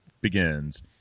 begins